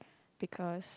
because